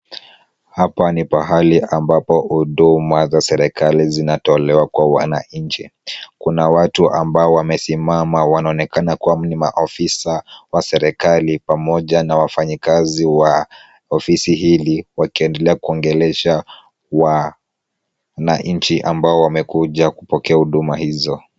Hapa ni pahali ambapo huduma za serikali zinatolewa kwa wananchi, kuna watu ambao wamesimama wanaonekana kuwa ni maofisa wa serikali pamoja na wafanyikazi wa ofisi hii, wakiendelea kuongelesha wananchi ambao wamekuja kupokea huduma hizo.